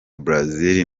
brazil